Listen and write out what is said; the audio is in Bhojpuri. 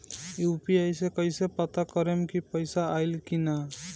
यू.पी.आई से कईसे पता करेम की पैसा आइल की ना?